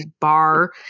bar